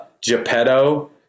Geppetto